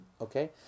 okay